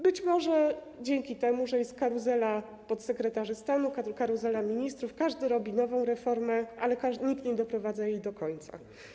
Być może dzięki temu, że jest karuzela podsekretarzy stanu, karuzela ministrów, każdy robi nową reformę, ale nikt nie doprowadza jej do końca.